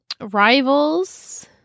Rivals